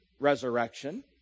resurrection